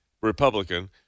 Republican